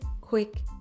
quick